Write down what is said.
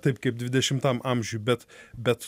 taip kaip dvidešimtam amžiuj bet bet